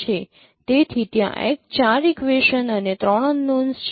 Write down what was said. તેથી ત્યાં 4 ઇક્વેશનસ અને 3 અનનોન્સ છે